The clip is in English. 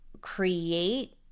create